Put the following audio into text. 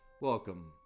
Welcome